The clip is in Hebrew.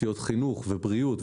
תשתיות חינוך ובריאות,